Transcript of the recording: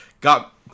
got